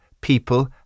people